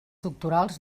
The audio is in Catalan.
doctorals